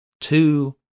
Two